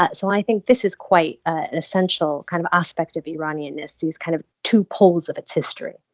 but so i think this is quite an essential kind of aspect of iranianness, these kind of two poles of its history.